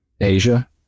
asia